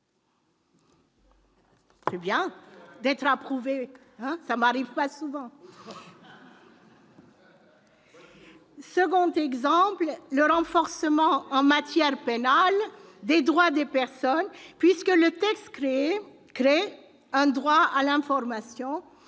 C'est bien d'être approuvée ! Cela ne m'arrive pas souvent ! Deuxièmement, je rappellerai le renforcement, en matière pénale, des droits des personnes, puisque le texte crée un droit à l'information